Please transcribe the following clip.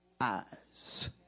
eyes